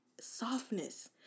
Softness